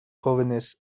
jóvenes